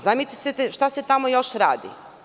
Zamislite šta se tamo još radi.